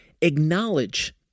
acknowledge